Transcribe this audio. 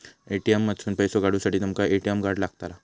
ATM मधसून पैसो काढूसाठी तुमका ए.टी.एम कार्ड लागतला